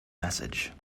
message